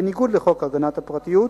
בניגוד לחוק הגנת הפרטיות,